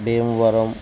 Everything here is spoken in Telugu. భీమవరం